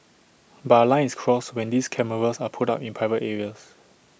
but A line is crossed when these cameras are put up in private areas